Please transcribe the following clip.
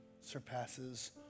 surpasses